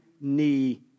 knee